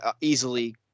easily